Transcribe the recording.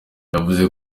yavuze